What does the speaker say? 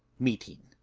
meeting.